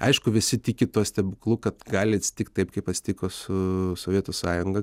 aišku visi tiki tuo stebuklu kad gali atsitikt taip kaip atsitiko su sovietų sąjunga